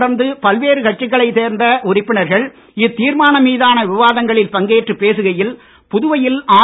தொடர்ந்து பல்வேறு கட்சிகளைச் சேர்ந்த உறுப்பினர்கள் இத்தீர்மானம் மீதான விவாதங்களில் பங்கேற்றுப் பேசுகையில் புதுவையில் ஆர்